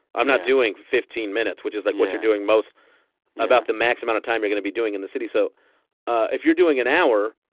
i'm not doing fifteen minutes, which is, like, what you're doing most about the max amount of time you're going to be doing in the city so ah if you're doing an hour,